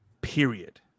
period